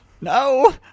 No